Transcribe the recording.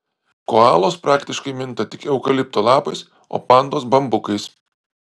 koalos praktiškai minta tik eukalipto lapais o pandos bambukais